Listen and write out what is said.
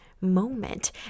moment